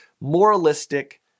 moralistic